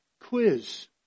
Quiz